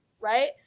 Right